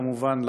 כמובן,